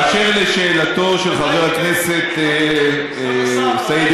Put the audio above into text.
באשר לשאלתו של חבר הכנסת סעיד